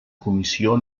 comissió